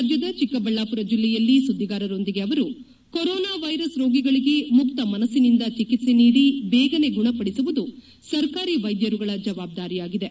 ರಾಜ್ಯದ ಚಿಕ್ಕಬಳ್ಳಾಪುರ ಜಿಲ್ಲೆಯಲ್ಲಿ ಸುದ್ವಿಗಾರರೊಂದಿಗೆ ಅವರು ಕೊರೊನಾ ವೈರಸ್ ರೋಗಿಗಳಿಗೆ ಮುಕ್ತ ಮನಸ್ಲಿನಿಂದ ಚಿಕಿತ್ಸೆ ನೀಡಿ ಬೇಗನೆ ಗುಣಪಡಿಸುವುದು ಸರ್ಕಾರಿ ವೈದ್ಯರುಗಳ ಜವಾಬ್ದಾರಿಯಾಗಿದೆ